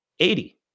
80